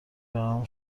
برام